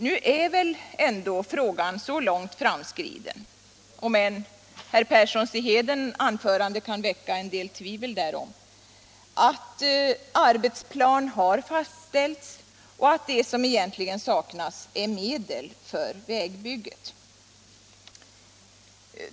Nu är väl frågan så långt framskriden, om än herr Perssons i Heden anförande kan väcka vissa tvivel härom, att arbetsplan har fastställts och att det som egentligen saknas är medel för vägbygget.